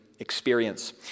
experience